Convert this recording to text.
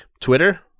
Twitter